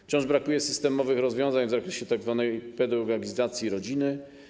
Wciąż brakuje systemowych rozwiązań w zakresie tzw. pedagogizacji rodziny.